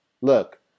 look